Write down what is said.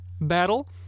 battle